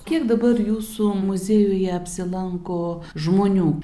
kiek dabar jūsų muziejujeapsilanko žmonių